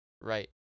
right